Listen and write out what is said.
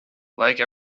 like